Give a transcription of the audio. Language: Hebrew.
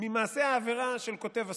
ממעשה העבירה של כותב הספר?